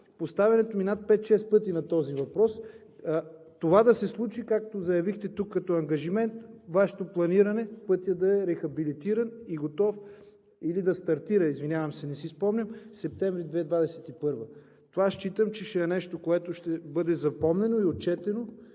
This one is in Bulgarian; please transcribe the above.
поставянето ми над пет-шест пъти на този въпрос това да се случи, както заявихте тук като ангажимент – Вашето планиране пътят да е рехабилитиран и готов или да стартира, извинявам се не си спомням през месец септември 2021 г. Това считам, че ще е нещо, което ще бъде запомнено и отчетено